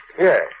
Yes